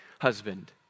husband